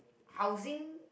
housing